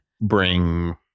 bring